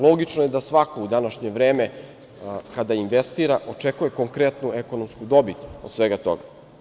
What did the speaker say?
Logično je da svako u današnje vreme kada investira očekuje konkretnu ekonomsku dobit od svega toga.